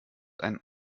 einen